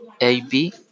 AB